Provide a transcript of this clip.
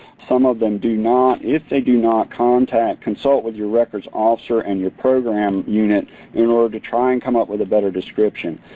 some of them do not, if they do not, consult with your records officer and your program unit in order to try and come up with a better description.